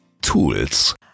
Tools